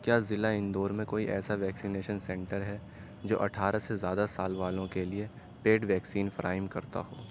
کیا ضلع اندور میں کوئی ایسا ویکسینیشن سینٹر ہے جو اٹھارہ سے زیادہ سال والوں کے لیے پیڈ ویکسین فراہم کرتا ہو